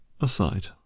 aside